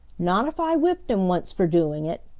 not if i whipped him once for doing it,